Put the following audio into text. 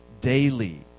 daily